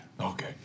Okay